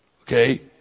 Okay